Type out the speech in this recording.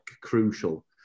crucial